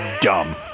dumb